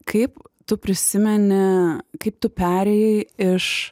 kaip tu prisimeni kaip tu perėjai iš